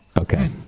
Okay